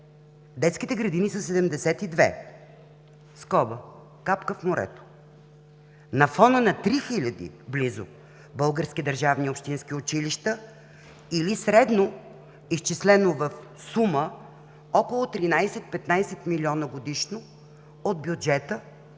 детските градини са 72, скоба – капка в морето. На фона на близо 3 000 български държавни и общински училища или средно изчислено в сума около 13-15 млн. годишно от бюджета,